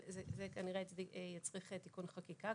אבל זה כנראה יצריך תיקון חקיקה,